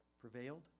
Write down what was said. Prevailed